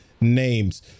names